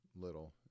little